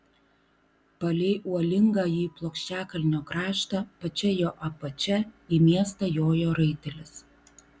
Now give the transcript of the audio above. palei uolingąjį plokščiakalnio kraštą pačia jo apačia į miestą jojo raitelis